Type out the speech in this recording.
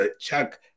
Chuck